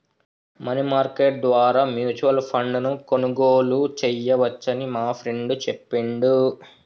money market ద్వారా mutual ఫండ్ను కొనుగోలు చేయవచ్చని మా ఫ్రెండు చెప్పిండు